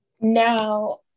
now